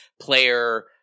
player